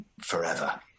forever